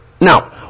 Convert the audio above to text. Now